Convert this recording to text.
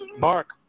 Mark